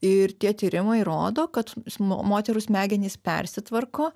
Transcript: ir tie tyrimai rodo kad moterų smegenys persitvarko